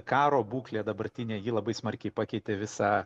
karo būklė dabartinė ji labai smarkiai pakeitė visą